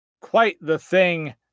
quite-the-thing